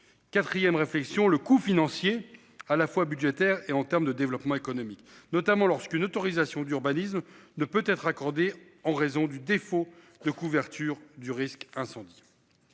sujet. 4ème réflexion le coût financier à la fois budgétaire et en terme de développement économique, notamment lorsqu'une autorisation d'urbanisme ne peut être accordé en raison du défaut de couverture du risque incendie.